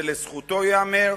זה לזכותו ייאמר,